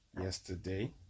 yesterday